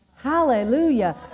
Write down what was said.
Hallelujah